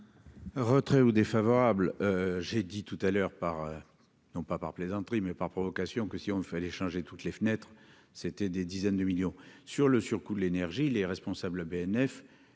Retrait ou défavorables, j'ai dit tout à l'heure par non pas par plaisanterie mais par provocation que si on fait les changer toutes les fenêtre s'étaient des dizaines de millions sur le surcoût de l'énergie, les responsables,